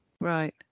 Right